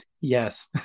yes